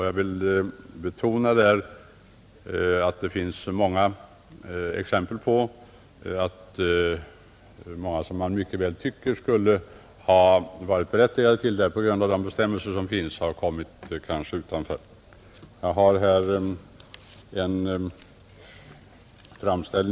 Jag vill betona att det finns många exempel på handikappade som på grund av nu gällande bestämmelser kommit utanför möjligheten att få statligt stöd till hjälpmedel trots att man tycker att de mycket väl skulle ha varit berättigade härtill.